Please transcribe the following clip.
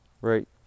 right